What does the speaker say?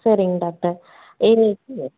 சரிங்க டாக்டர் எனக்கு